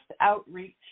outreach